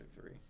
three